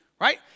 right